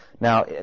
Now